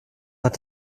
hat